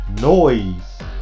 noise